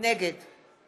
נגד